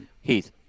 Heath